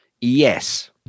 Yes